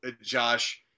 Josh